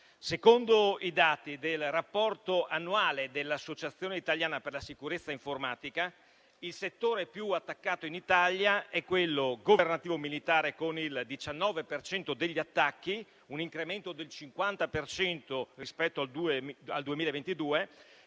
Secondo i dati del rapporto annuale dell'Associazione italiana per la sicurezza informatica, il settore più attaccato in Italia è quello governativo-militare, con il 19 per cento degli attacchi, un incremento del 50 per cento rispetto al 2022,